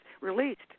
released